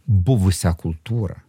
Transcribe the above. buvusią kultūrą